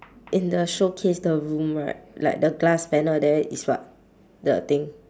in the showcase the room right like the glass panel there is what the thing